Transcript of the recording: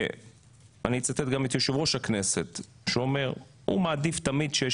ואני אצטט גם את יושב-ראש הכנסת שאומר שהוא מעדיף תמיד שיש